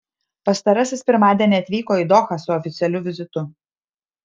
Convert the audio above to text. pastarasis pirmadienį atvyko į dohą su oficialiu vizitu